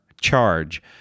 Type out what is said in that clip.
charge